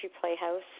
Playhouse